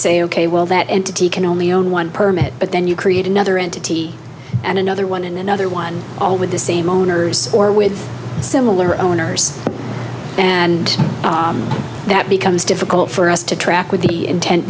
say ok well that entity can only own one permit but then you create another entity and another one in another one all with the same owners or with similar owners and that becomes difficult for us to track with the intent